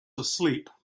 asleep